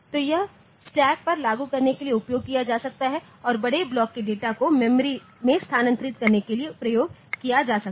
तो यह स्टैक को लागू करने के लिए उपयोग किया जा सकता है और बड़े ब्लॉक के डाटा को मेमरी मैं स्थानांतरित करने के लिए प्रयोग किया जा सकता है